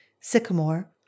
sycamore